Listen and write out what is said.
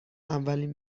اولین